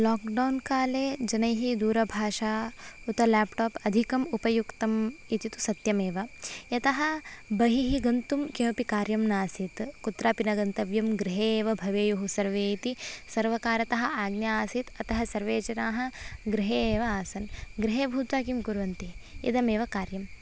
lockdown काले जनैः दूरभाषा उत लेप्टाप् अधिकम् उपयुक्तम् इति तु सत्यमेव यतः बहिः गन्तुं किमपि कार्यं न आसीत् कुत्रापि न गन्तव्यं गृहे एव भवेयुः सर्वेति सर्वकारतः आज्ञा आसीत् अतः सर्वे जनाः गृहे एव आसन् गृहे भूत्वा किं कुर्वन्ति इदमेव कार्यम्